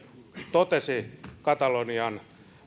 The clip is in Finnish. totesi katalonian